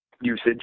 usage